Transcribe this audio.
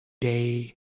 day